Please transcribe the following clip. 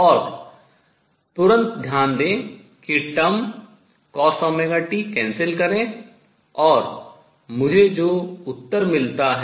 और तुरंत ध्यान दें कि term पद Cosωt cancel रद्द करें और मुझे जो उत्तर मिलता है